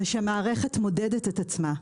ושהמערכת מודדת את עצמה,